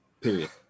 period